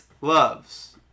loves